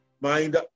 mind